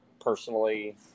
personally